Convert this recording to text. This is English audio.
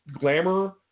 glamour